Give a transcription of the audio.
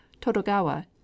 Todogawa